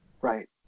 Right